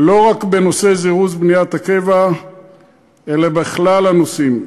לא רק בנושא זירוז בניית הקבע אלא בכלל הנושאים,